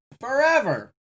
Forever